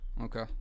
Okay